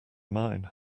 mine